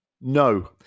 No